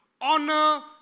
honor